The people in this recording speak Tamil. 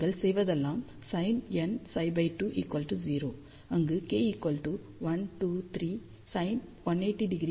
நீங்கள் செய்வதெல்லாம் sin nψ2 0 அங்கு k 1 2 3